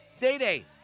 Day-Day